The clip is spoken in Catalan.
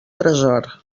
tresor